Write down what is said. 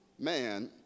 man